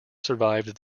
survived